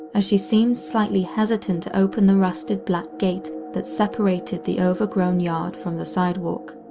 as she seemed slightly hesitant to open the rusted black gate that separated the overgrown yard from the sidewalk.